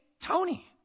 Tony